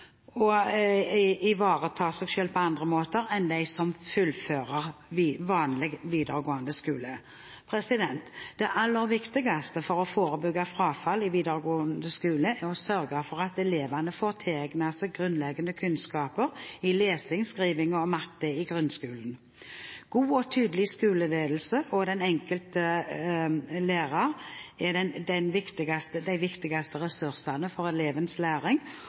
og ivareta seg selv på andre måter, enn dem som fullfører vanlig videregående skole. Det aller viktigste for å forebygge frafall i videregående skole er å sørge for at elevene får tilegnet seg grunnleggende kunnskaper i lesing, skriving og matte i grunnskolen. God og tydelig skoleledelse og den enkelte lærer er de viktigste ressursene for elevens læring,